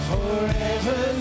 Forever